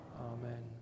Amen